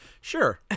Sure